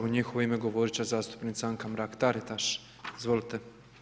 U njihovo ime govorit će zastupnica Anka Mrak Taritaš, izvolite.